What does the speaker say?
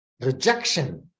rejection